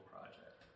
Project